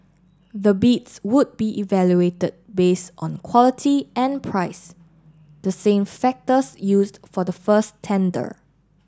the bids would be evaluated base on quality and price the same factors used for the first tender